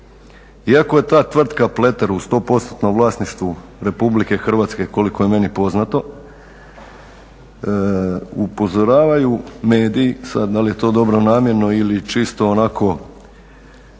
Iako je ta tvrtka Pleter u 100 postotnom vlasništvu Republike Hrvatske koliko je meni poznato, upozoravaju mediji, sad da li je to dobronamjerno ili čisto onako